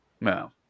No